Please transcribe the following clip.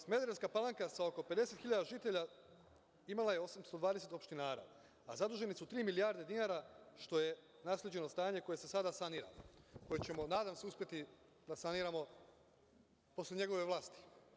Smederevska Palanka sa oko 50.000 žitelja imala je 820 opštinara, a zaduženi su tri milijarde dinara, što je nasleđeno stanje koje se sada sanira, koje ćemo, nadam se, uspeti da saniramo posle njegove vlasti.